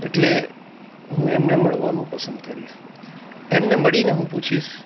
એટલે હું એમને મળવાનું પસંદ કરીશ એમને મળીને હું પૂછીશ